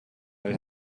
müll